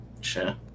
sure